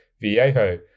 Viejo